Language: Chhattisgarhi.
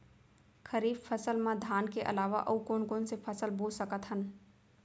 खरीफ फसल मा धान के अलावा अऊ कोन कोन से फसल बो सकत हन?